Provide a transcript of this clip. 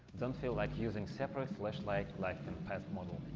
don't feel like using separate flashlight like in past model.